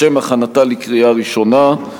לשם הכנתה לקריאה ראשונה.